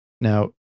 Now